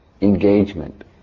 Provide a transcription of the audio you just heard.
engagement